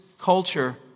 culture